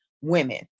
women